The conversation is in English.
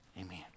Amen